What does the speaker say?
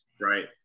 right